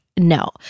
No